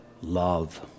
love